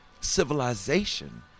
civilization